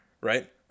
right